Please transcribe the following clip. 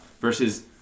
versus